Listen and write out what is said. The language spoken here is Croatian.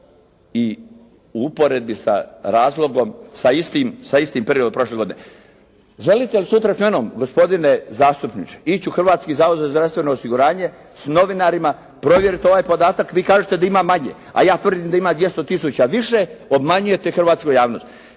i u uporedbi sa razlogom, sa istim periodom prošle godine. Želite li sutra sa mnom gospodine zastupniče ići u Hrvatski zavod za zdravstveno osiguranje s novinarima provjeriti ovaj podatak? Vi kažete da ima manje. A ja tvrdim a ima 200 tisuća više. Obmanjujete hrvatsku javnost.